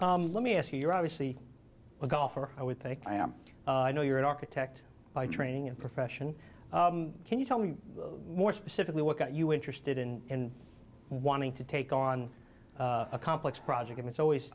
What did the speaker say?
let me ask you you're obviously a golfer i would think i am i know you're an architect by training and profession can you tell me more specifically what got you interested in wanting to take on a complex project and it's always